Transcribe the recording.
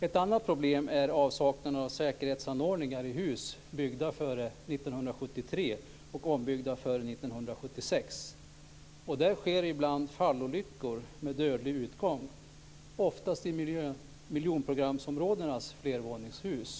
Ett annat problem är avsaknaden av säkerhetsanordningar i hus byggda före 1973 och ombyggda före 1976. Där sker ibland fallolyckor med dödlig utgång, oftast i miljonprogramsområdenas flervåningshus.